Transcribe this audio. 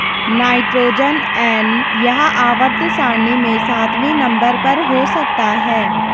nitrogen N यह आवर्त सारणी में सातवें नंबर पर हो सकता है